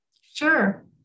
Sure